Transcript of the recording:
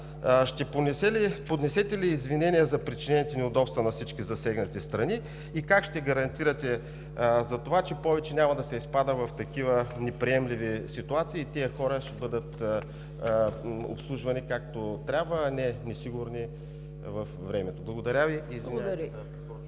Ще поднесете ли извинения за причинените неудобства на всички засегнати страни и как ще гарантирате, че повече няма да се изпада в такива неприемливи ситуации и тези хора ще бъдат обслужвани както трябва, а не несигурни във времето? Благодаря Ви.